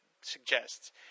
suggests